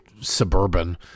suburban